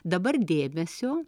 dabar dėmesio